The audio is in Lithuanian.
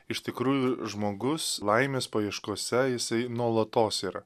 iš tikrųjų žmogus laimės paieškose jisai nuolatos yra